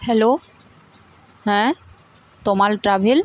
hello হ্যাঁ Tamal travel